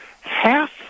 half